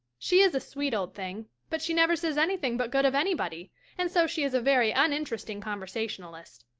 she is a sweet old thing but she never says anything but good of anybody and so she is a very uninteresting conversationalist.